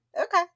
Okay